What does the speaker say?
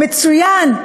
מצוין.